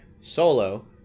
Solo